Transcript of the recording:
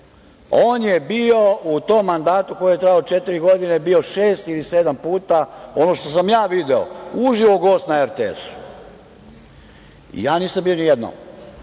On je bio u tom mandatu, koji je trajao četiri godine, bio šest ili sedam puta, ono što sam ja video, uživo gost na RTS-u. Ja nisam bio ni